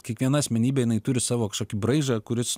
kiekviena asmenybė jinai turi savo kažkokį braižą kuris